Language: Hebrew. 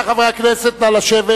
רבותי חברי הכנסת, נא לשבת.